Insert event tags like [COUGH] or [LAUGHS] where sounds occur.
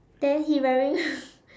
then he wearing [LAUGHS]